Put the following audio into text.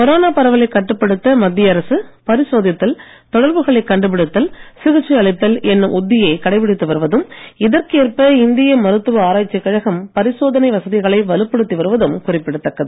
corona பரவலை கட்டுப்படுத்த மத்திய அரசு பரிசோதித்தல் தொடர்புகளை கண்டுபிடித்தல் சிகிச்சை அளித்தல் என்னும் உத்தியை கடைப்பிடித்து வருவதும் இதற்கு ஏற்ப இந்திய மருத்துவ ஆராய்ச்சிக் கழகம் பரிசோதனை வசதிகளை வலுப்படுத்தி வருவதும் குறிப்பிடத்தக்கது